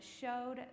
showed